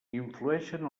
influeixen